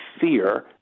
fear